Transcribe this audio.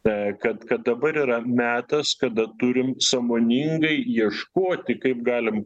a kad kad dabar yra metas kada turim sąmoningai ieškoti kaip galim